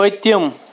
پٔتِم